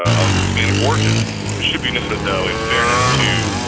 ah. ah ah. st or two it should be that though in fairness to